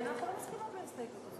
אנחנו לא מסכימות להסתייגות.